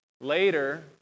Later